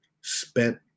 spent